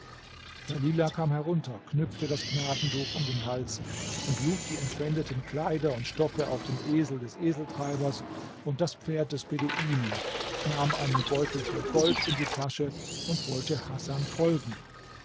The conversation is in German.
dalilah kam herunter knüpfte das gnadentuch um den hals und lud die entwendeten kleider und stoffe auf den esel des eseltreibers und das pferd des beduinen nahm einen beutel voll gold in die tasche und wollte hasan folgen